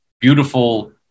beautiful